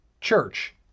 church